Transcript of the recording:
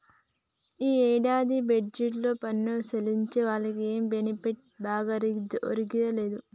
ఈ ఏడాది బడ్జెట్లో పన్ను సెల్లించే వాళ్లకి ఏమి బెనిఫిట్ ఒరిగిందే లేదు